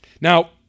Now